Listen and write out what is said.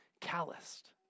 calloused